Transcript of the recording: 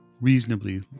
reasonably